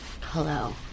Hello